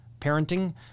parenting